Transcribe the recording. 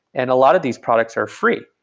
and a lot of these products are free.